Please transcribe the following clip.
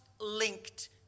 linked